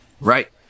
Right